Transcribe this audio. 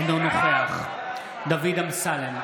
אינו נוכח דוד אמסלם,